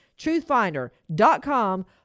Truthfinder.com